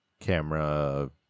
camera